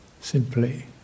simply